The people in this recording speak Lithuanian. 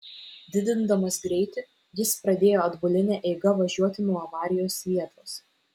didindamas greitį jis pradėjo atbuline eiga važiuoti nuo avarijos vietos